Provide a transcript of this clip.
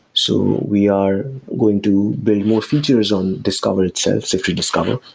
so we are going to build more features on discover itself, siftery discover,